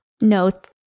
note